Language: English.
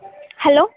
hello